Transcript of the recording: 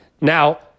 Now